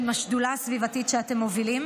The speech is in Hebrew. עם השדולה הסביבתית שאתם מובילים,